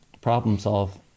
problem-solve